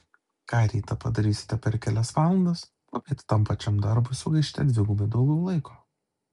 ką rytą padarysite per kelias valandas popiet tam pačiam darbui sugaišite dvigubai daugiau laiko